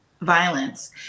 violence